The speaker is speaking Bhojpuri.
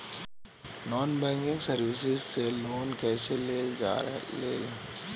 नॉन बैंकिंग सर्विस से लोन कैसे लेल जा ले?